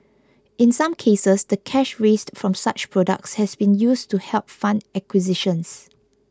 in some cases the cash raised from such products has been used to help fund acquisitions